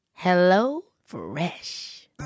HelloFresh